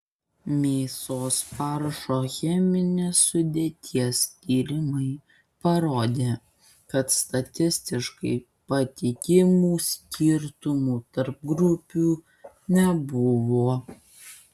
mėsos faršo cheminės sudėties tyrimai parodė kad statistiškai patikimų skirtumų tarp grupių nebuvo